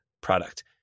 product